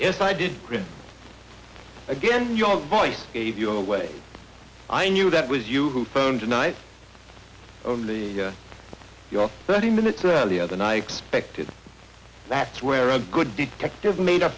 if i did again your voice gave you away i knew that was you who phoned tonight the your thirty minutes earlier than i expected that's where a good detective made a